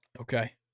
Okay